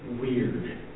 weird